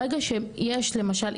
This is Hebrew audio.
ברגע שיש למשל,